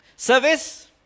Service